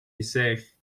dessert